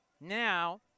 Now